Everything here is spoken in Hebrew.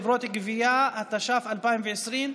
(חברות גבייה), התש"ף 2020,